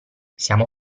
siamo